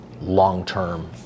long-term